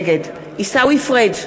נגד עיסאווי פריג'